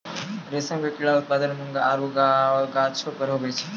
रेशम के कीड़ा उत्पादन मूंगा आरु गाछौ पर हुवै छै